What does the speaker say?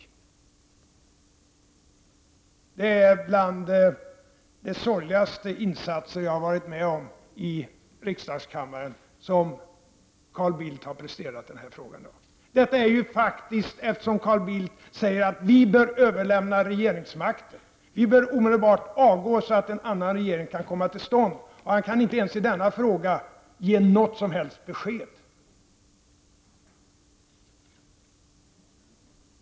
Det är en av de sorgligaste insatser jag har upplevt i riksdagens kammare som Carl Bildt har presterat i den här frågan i dag. Carl Bildt säger att vi bör överlämna regeringsmakten — att vi omedelbart bör avgå så att en annan regering kan komma till stånd. Och han kan inte ens i denna fråga ge något som helst besked.